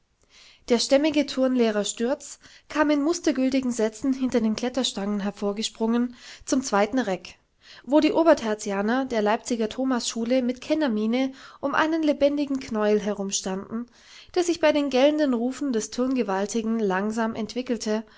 der stämmige turnlehrer stürz kam in mustergiltigen sätzen hinter den kletterstangen hervorgesprungen zum zweiten reck wo die obertertianer der leipziger thomasschule mit kennermiene um einen lebendigen knäuel herumstanden der sich bei den gellenden rufen des turngewaltigen langsam entwickelte